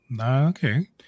Okay